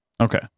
Okay